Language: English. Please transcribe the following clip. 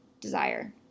desire